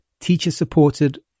teacher-supported